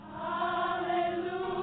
Hallelujah